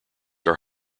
are